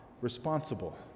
responsible